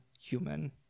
human